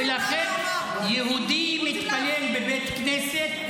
ולכן יהודי מתפלל בבית כנסת,